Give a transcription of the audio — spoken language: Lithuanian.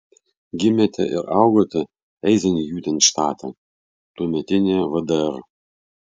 gimėte ir augote eizenhiutenštate tuometinėje vdr